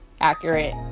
accurate